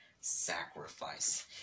sacrifice